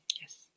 yes